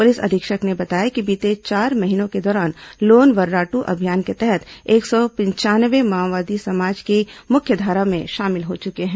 police अधीक्षक ने बताया कि बीते चार महीनों के दौरान लोन वर्राटू अभियान के तहत एक सौ पंचानवे माओवादी समाज की मुख्यधारा में शामिल हो चुके हैं